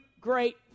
great